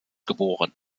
geboren